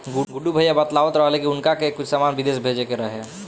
गुड्डू भैया बतलावत रहले की उनका के कुछ सामान बिदेश भेजे के रहे